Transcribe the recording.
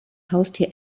haustier